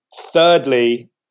thirdly